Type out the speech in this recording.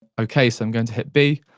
okay so i'm going to hit b,